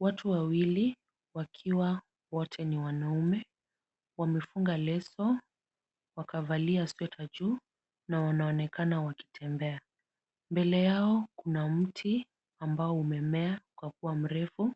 Watu wawili wakiwa wote ni wanaume wamefunga leso, wakavalia sweta juu na wanaonekana wakitembea. Mbele yao kuna mti ambao umemea ukakuwa mrefu.